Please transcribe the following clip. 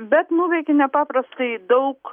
bet nuveikė nepaprastai daug